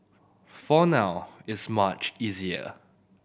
for now it's much easier